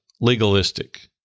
legalistic